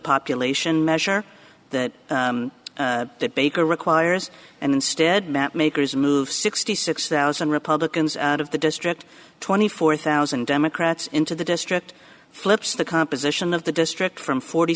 population measure that that baker requires and instead mapmakers move sixty six thousand republicans out of the district twenty four thousand democrats into the district flips the composition of the district from forty